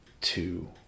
two